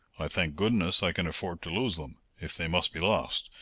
i thank goodness i can afford to lose them, if they must be lost,